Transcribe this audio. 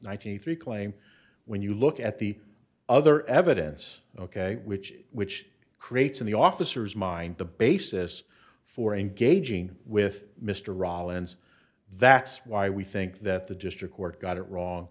ninety three claim when you look at the other evidence ok which which creates in the officer's mind the basis for engaging with mr rollins that's why we think that the district court got it wrong